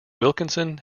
wilkinson